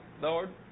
Lord